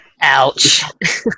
Ouch